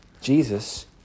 Jesus